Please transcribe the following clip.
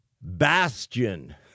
bastion